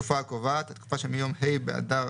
'התקופה הקובעת' התקופה שמיום ה' באדר